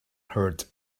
heart